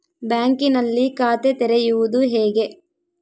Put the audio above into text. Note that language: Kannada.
ಬ್ಯಾಂಕಿನಲ್ಲಿ ಖಾತೆ ತೆರೆಯುವುದು ಹೇಗೆ?